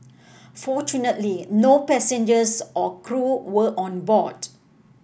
fortunately no passengers or crew were on board